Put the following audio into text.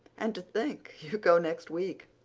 and to think you go next week!